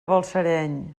balsareny